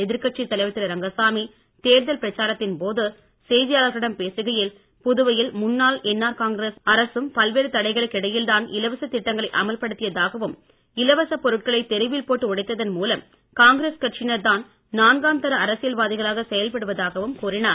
எதிர்கட்சித் தலைவர் திரு ரங்கசாமி தேர்தல் பிரச்சாரத்தின் போது செய்தியாளர்களிடம் பேசுகையில் புதுவையில் முன்னாள் என்ஆர் காங்கிரஸ் அரசும் பல்வேறு தடைகளுக்கு இடையில் தான் இலவச திட்டங்களை அமல்படுத்தியதாகவும் இலவசப் பொருட்களை தெருவில் போட்டு உடைத்ததன் மூலம் காங்கிரஸ் கட்சியினர் தான் நான்காம் தர அரசியல் வாதிகளாக செயல்பட்டதாகவும் கூறினார்